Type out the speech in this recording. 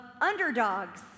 underdogs